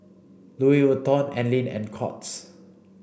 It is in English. Louis Vuitton Anlene and Courts